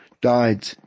died